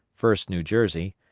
first new jersey,